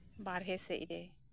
ᱵᱟᱨᱦᱮ ᱥᱮᱫ ᱨᱮ